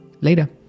Later